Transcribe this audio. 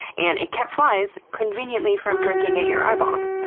and it kept flies conveniently from drinking at your eyeballs.